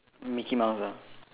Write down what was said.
micky mouse ah